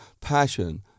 passion